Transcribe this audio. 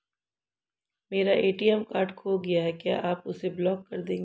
मेरा ATM card खो गया है क्या आप उसे ब्लॉक कर देंगे?